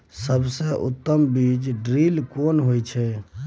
सबसे उत्तम बीज ड्रिल केना होए छै?